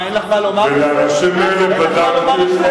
בעזה רק מפציצים, מה, אין לך מה לומר על זה?